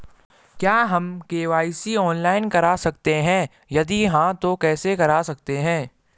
क्या हम KYC online करा सकते हैं यदि हाँ तो कैसे करा सकते हैं?